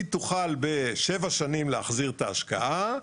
היא תוכל בשבע שנים להחזיר את ההשקעה,